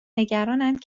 نگرانند